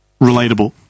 relatable